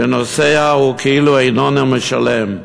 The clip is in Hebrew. שנוסע וכאילו אינו משלם.